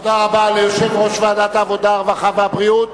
תודה רבה ליושב-ראש ועדת העבודה, הרווחה והבריאות.